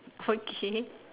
okay